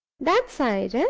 that side, ah?